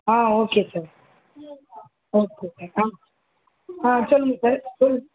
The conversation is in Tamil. ஆ ஓகே சார் ஓகே சார் ஆ ஆ சொல்லுங்கள் சார் சொல்